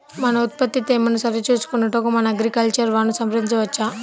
మన ఉత్పత్తి తేమను సరిచూచుకొనుటకు మన అగ్రికల్చర్ వా ను సంప్రదించవచ్చా?